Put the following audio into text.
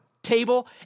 table